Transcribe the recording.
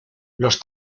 los